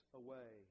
away